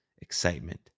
excitement